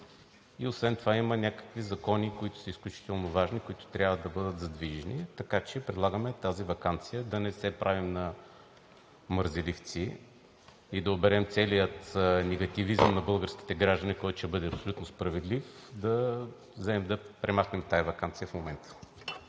и освен това има някакви закони, които са изключително важни, които трябва да бъдат задвижени, така че предлагаме с тази ваканция да не се правим на мързеливци и да оберем целия негативизъм на българските граждани, който ще бъде абсолютно справедлив, да вземем да премахнем тази ваканция в момента.